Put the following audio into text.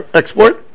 export